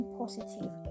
positive